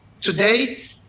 Today